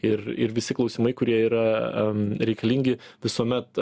ir ir visi klausimai kurie yra reikalingi visuomet